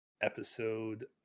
episode